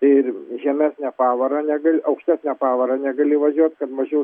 tai ir žemesne pavara ne aukštesne pavara negali važiuot kad mažiau